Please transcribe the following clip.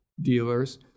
dealers